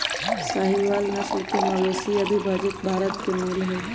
साहीवाल नस्ल के मवेशी अविभजित भारत के मूल हई